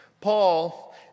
Paul